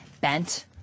bent